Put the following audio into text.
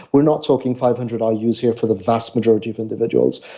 we're not talking five hundred i use here for the vast majority of individuals.